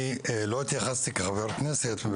אני לא התייחסתי כחבר כנסת,